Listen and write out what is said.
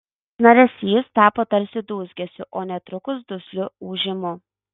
šnaresys tapo tarsi dūzgesiu o netrukus dusliu ūžimu